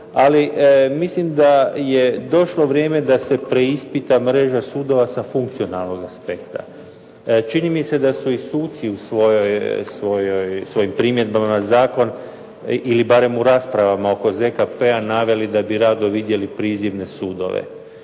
Ali mislim da je došlo vrijeme da se preispita mreža sudova sa funkcionalnog aspekta. Čini mi se da su i suci u svojim primjedbama na zakon ili barem u raspravama oko ZKP-a naveli da bi rado vidjeli prizivne sudove.